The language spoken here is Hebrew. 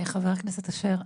חבר הכנסת אשר,